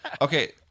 okay